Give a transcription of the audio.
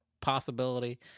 possibility